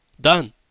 Done